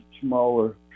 smaller